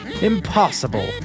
impossible